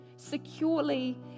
securely